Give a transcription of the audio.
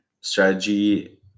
strategy